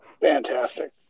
Fantastic